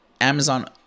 Amazon